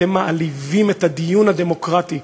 אתם מעליבים את הדיון הדמוקרטי,